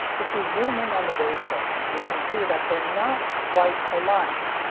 if we zoom in on the waveforms, we can see that they're not quite aligned.